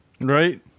Right